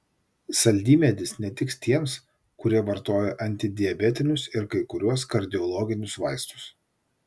saldymedis netiks tiems kurie vartoja antidiabetinius ir kai kuriuos kardiologinius vaistus